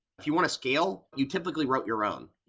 if you want to scale, you typically wrote your own.